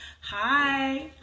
Hi